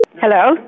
Hello